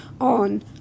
on